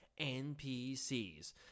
NPCs